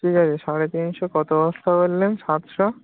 ঠিক আছে সাড়ে তিনশো কত বস্তা বললেন সাতশো